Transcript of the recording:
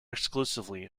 exclusively